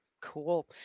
Cool